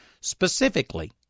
specifically